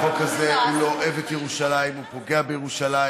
החוק הזה לא אוהב את ירושלים, הוא פוגע בירושלים.